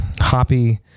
Hoppy